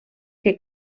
que